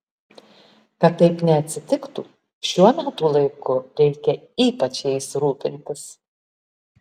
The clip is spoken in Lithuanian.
kad taip neatsitiktų šiuo metų laiku reikia ypač jais rūpintis